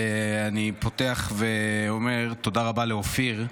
אני פותח ואומר תודה רבה לאופיר.